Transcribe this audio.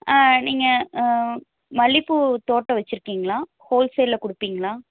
ஆ நீங்கள் ஆ மல்லிப்பூ தோட்டம் வச்சுருக்கிங்களா ஹோல் சேலில் கொடுப்பிங்களா